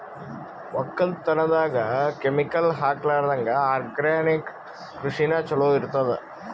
ಒಕ್ಕಲತನದಾಗ ಕೆಮಿಕಲ್ ಹಾಕಲಾರದಂಗ ಆರ್ಗ್ಯಾನಿಕ್ ಕೃಷಿನ ಚಲೋ ಇರತದ